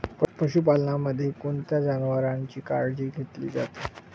पशुपालनामध्ये कोणत्या जनावरांची काळजी घेतली जाते?